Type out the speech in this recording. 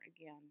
again